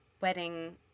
wedding